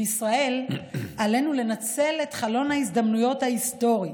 בישראל עלינו לנצל את חלון ההזדמנויות ההיסטורי